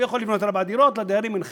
הוא יכול לבנות ארבע קומות ולדיירים אין חלק.